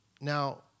Now